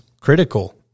critical